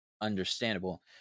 understandable